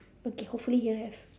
okay hopefully here have